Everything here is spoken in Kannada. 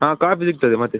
ಹಾಂ ಕಾಫಿ ಸಿಗ್ತದೆ ಮತ್ತೆ